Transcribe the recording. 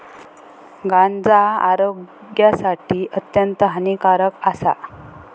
गांजा आरोग्यासाठी अत्यंत हानिकारक आसा